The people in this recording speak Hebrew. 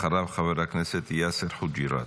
אחריו, חבר הכנסת יאסר חוג'יראת.